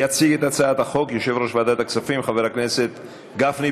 יציג את הצעת החוק יושב-ראש ועדת הכספים חבר הכנסת גפני.